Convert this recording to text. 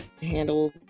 handles